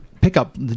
pickup